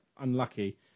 unlucky